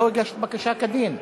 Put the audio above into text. לא הגשת בקשה כדין.